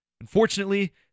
Unfortunately